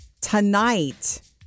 Tonight